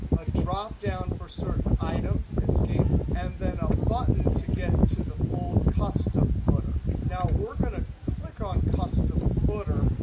a dropdown for certain items, escape, and then a button to get to the full custom footer. now, we're going to click on custom footer.